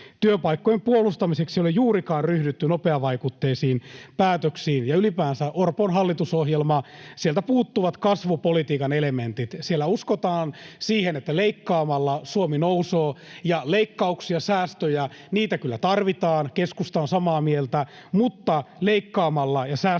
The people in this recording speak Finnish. Työpaikkojen puolustamiseksi ei ole juurikaan ryhdytty nopeavaikutteisiin päätöksiin, ja ylipäänsä Orpon hallitusohjelmasta puuttuvat kasvupolitiikan elementit. Siellä uskotaan siihen, että leikkaamalla Suomi nousee, ja leikkauksia ja säästöjä kyllä tarvitaan, keskusta on samaa mieltä, mutta leikkaamalla ja säästämällä